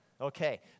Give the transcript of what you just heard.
Okay